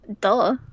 Duh